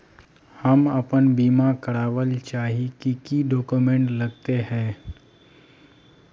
हम अपन बीमा करावेल चाहिए की की डक्यूमेंट्स लगते है?